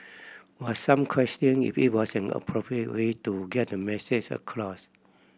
but some questioned if it was an appropriate way to get the message across